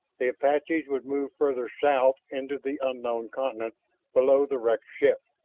the apaches could move farther south into the unknown continent below the wrecked ship,